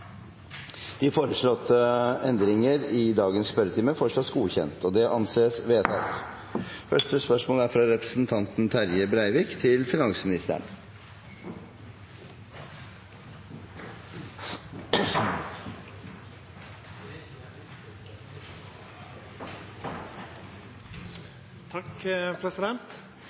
De foreslåtte endringene i dagens spørretime foreslås godkjent. – Det anses vedtatt. Endringene var som følger: Spørsmål 2, fra representanten Abid Q. Raja til